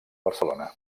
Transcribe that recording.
barcelona